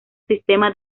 sistema